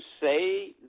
say